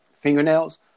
fingernails